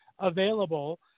Available